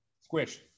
Squish